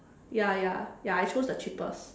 ya ya ya I chose the cheapest